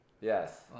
Yes